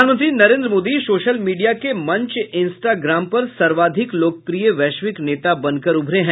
प्रधानमंत्री Narendra Modi social media के मंच इंस्टाग्राम पर सर्वाधिक लोकप्रिय वैश्विक नेता बनकर उभरे हैं